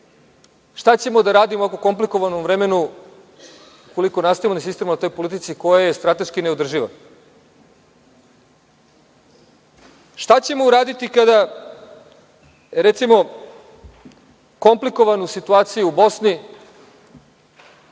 Šta ćemo da radimo u ovako komplikovanom vremenu ukoliko nastavimo da insistiramo na toj politici koja je strateški neodrživa? Šta ćemo uraditi kada, recimo, komplikovanu situaciju u Bosni